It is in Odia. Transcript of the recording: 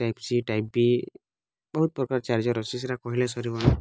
ଟାଇପ୍ ସି ଟାଇପ୍ ବି ବହୁତ୍ ପ୍ରକାର ଚାର୍ଜର୍ ଅଛି ସେଇଟା କହିଲେ ସରିବନି